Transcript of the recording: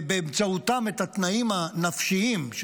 ובאמצעותם התנאים הנפשיים,